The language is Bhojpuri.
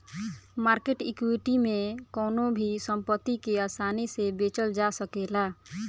मार्केट इक्विटी में कवनो भी संपत्ति के आसानी से बेचल जा सकेला